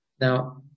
Now